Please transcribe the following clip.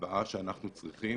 הבאה שאנחנו צריכים